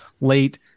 late